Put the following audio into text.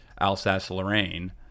Alsace-Lorraine